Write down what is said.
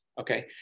Okay